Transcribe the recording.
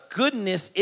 goodness